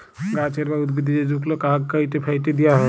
গাহাচের বা উদ্ভিদের যে শুকল ভাগ ক্যাইটে ফ্যাইটে দিঁয়া হ্যয়